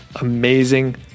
amazing